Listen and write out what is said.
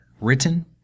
Written